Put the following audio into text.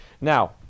Now